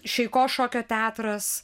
šeiko šokio teatras